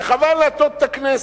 וחבל להטעות את הכנסת.